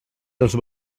dels